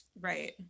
Right